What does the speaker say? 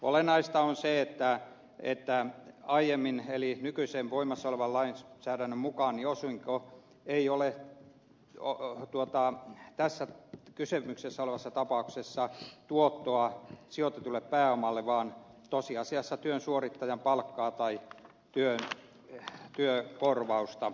olennaista on se että aiemman eli nykyisen voimassa olevan lainsäädännön mukaan osinko ei ole tässä kyseessä olevassa tapauksessa tuottoa sijoitetulle pääomalle vaan tosiasiassa työn suorittajan palkkaa tai työkorvausta